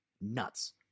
Nuts